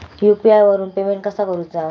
UPI वरून payment कसा करूचा?